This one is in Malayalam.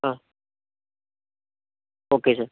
ആ ഓക്കെ സർ